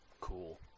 Cool